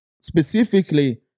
specifically